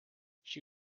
she